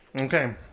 Okay